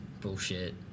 Bullshit